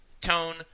tone